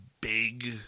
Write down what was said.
big